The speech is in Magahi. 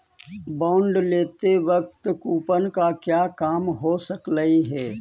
बॉन्ड लेते वक्त कूपन का क्या काम हो सकलई हे